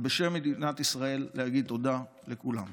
ובשם מדינת ישראל להגיד תודה לכולם.